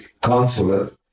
consulate